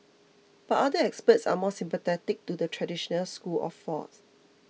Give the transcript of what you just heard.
but other experts are more sympathetic to the traditional school of thought